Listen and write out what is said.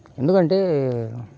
ఎందుకంటే